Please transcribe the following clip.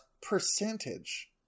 percentage